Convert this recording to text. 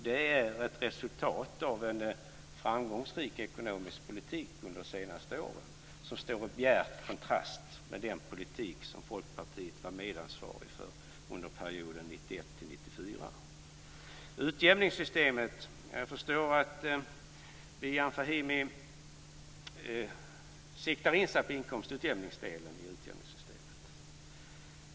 Detta är resultatet av en framgångsrik ekonomisk politik under de senaste åren som står i bjärt kontrast till den politik som Folkpartiet var medansvarigt för under perioden Jag förstår att Bijan Fahimi siktar in sig på inkomstutjämningsdelen i utjämningssystemet.